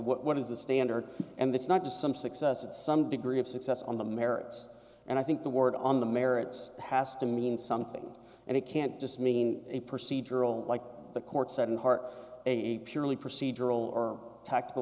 what is the standard and it's not just some success it's some degree of success on the merits and i think the word on the merits has to mean something and it can't just mean a procedural like the court said in part a purely procedural or tactical